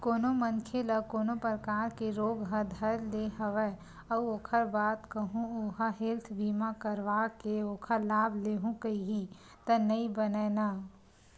कोनो मनखे ल कोनो परकार के रोग ह धर ले हवय अउ ओखर बाद कहूँ ओहा हेल्थ बीमा करवाके ओखर लाभ लेहूँ कइही त नइ बनय न